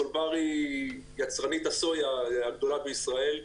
סולבר היא יצרנית הסויה הגדולה בישראל,